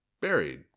buried